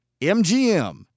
MGM